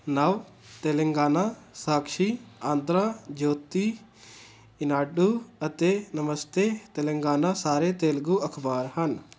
ਨਵ ਤੇਲੰਗਾਨਾ ਸਾਕਸ਼ੀ ਆਂਧਰਾ ਜਯੋਤੀ ਈਨਾਡੂ ਅਤੇ ਨਮਸਤੇ ਤੇਲੰਗਾਨਾ ਸਾਰੇ ਤੇਲਗੂ ਅਖ਼ਬਾਰ ਹਨ